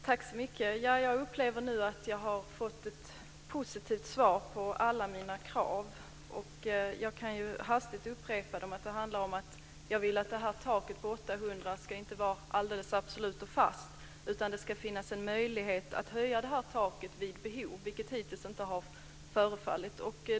Herr talman! Jag upplever att jag har fått ett positivt svar på alla mina krav. Jag kan hastigt upprepa att det handlar om att taket på 800 deltagande inte ska vara absolut fast, utan det ska finnas en möjlighet att höja taket vid behov, vilket hittills inte har förekommit.